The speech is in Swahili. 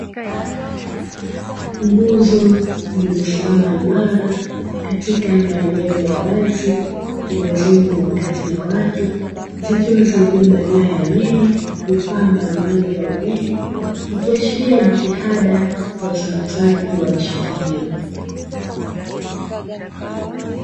Nguzo zilizosimama imara katika maeneo ya wazi pembezoni mwa makazi ya watu zikiwa zimebeba nyaya nene, vifaa mbalimbali vya umeme, ikiashiria jitihada za usambazaji wa nishati hiyo.